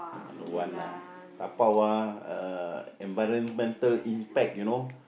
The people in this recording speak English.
don't want ah dabao ah uh environmental impact you know